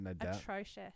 atrocious